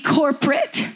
corporate